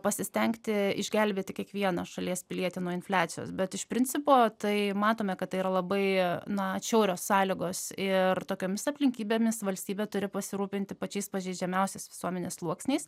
pasistengti išgelbėti kiekvieną šalies pilietį nuo infliacijos bet iš principo tai matome kad tai yra labai na atšiaurios sąlygos ir tokiomis aplinkybėmis valstybė turi pasirūpinti pačiais pažeidžiamiausiais visuomenės sluoksniais